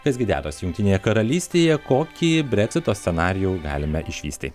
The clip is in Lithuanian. kas gi dedas jungtinėje karalystėje kokį breksito scenarijų galime išvysti